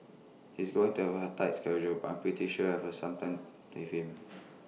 he's going to have A tight schedule but I'm pretty sure I'll have some time with him